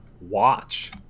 watch